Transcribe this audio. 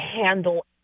handle